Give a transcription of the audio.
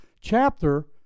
chapter